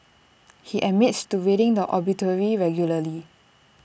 he admits to reading the obituary regularly